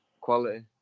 quality